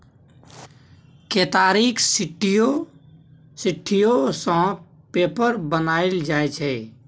केतारीक सिट्ठीयो सँ पेपर बनाएल जाइ छै